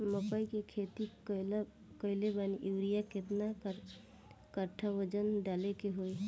मकई के खेती कैले बनी यूरिया केतना कट्ठावजन डाले के होई?